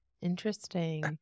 Interesting